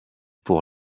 pour